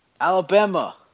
Alabama